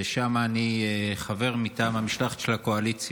ששם אני חבר מטעם המשלחת של הקואליציה.